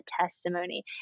testimony